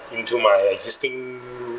into my existing